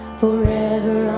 forever